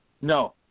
No